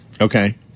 Okay